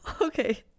okay